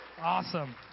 Awesome